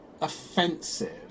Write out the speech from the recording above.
offensive